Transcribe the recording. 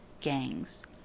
gangs